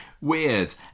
Weird